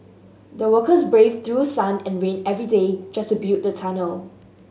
the workers braved through sun and rain every day just to build the tunnel